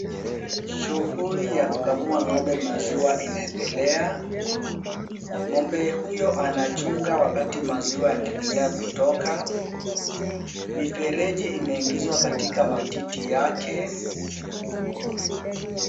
Shughuli ya kukamua ng'ombe maziwa inaendelea. Ng'ombe huyo anachunga wakati maziwa yanaendelea kutoka. Mifereji imeingizwa katika matiti yake.